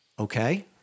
Okay